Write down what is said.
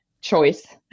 choice